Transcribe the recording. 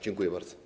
Dziękuję bardzo.